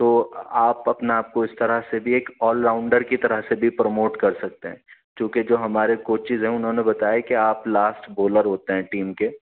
تو آپ اپنا آپ کو اس طرح سے بھی ایک آل راؤنڈر کی طرح سے بھی پرموٹ کر سکتے ہیں چونکہ جو ہمارے کوچیز ہیں انہوں نے بتائے کہ آپ لاسٹ بولر ہوتے ہیں ٹیم کے